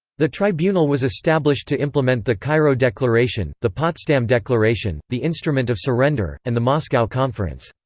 the tribunal was established to implement the cairo declaration, the potsdam declaration, the instrument of surrender, and the moscow conference.